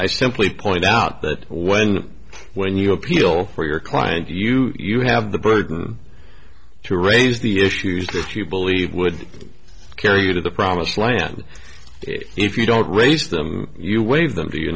i simply point out that when when you appeal for your client you you have the burden to raise the issues that you believe would carry you to the promised land if you don't raise them you wave them to you